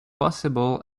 possible